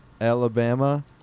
Alabama